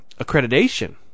accreditation